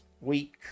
week